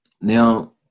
Now